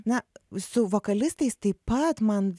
na su vokalistais taip pat man